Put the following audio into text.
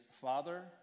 Father